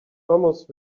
almost